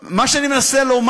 לא,